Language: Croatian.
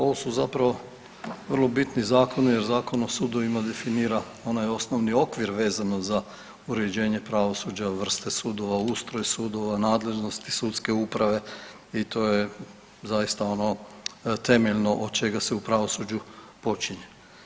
Ovo su zapravo vrlo bitni zakoni, jer Zakon o sudovima definira onaj osnovni okvir vezano za uređenje pravosuđa, vrste sudova, ustroj sudova, nadležnosti sudske uprave i to je zaista ono temeljno od čega se u pravosuđu počinje.